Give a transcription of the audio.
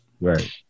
Right